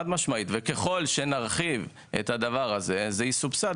וככל שנרחיב את הדבר הזה, זה יסובסד.